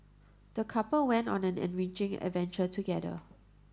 the couple went on an enriching adventure together